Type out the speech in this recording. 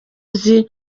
azi